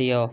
दियौ